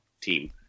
Team